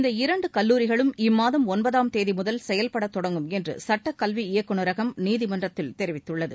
இந்த இரண்டு கல்லூரிகளும் இம்மாதம் ஒன்பதாம் தேதி முதல் செயல்படத் தொடங்கும் என்று சுட்டக் கல்வி இயக்குநரகம் நீதிமன்றத்தில் தெரிவித்துள்ளது